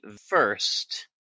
first